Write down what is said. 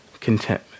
contentment